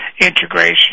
integration